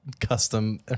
custom